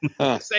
Say